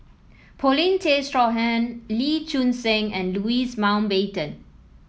Paulin Tay Straughan Lee Choon Seng and Louis Mountbatten